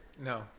No